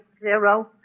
zero